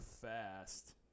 fast